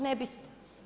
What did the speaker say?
Ne biste.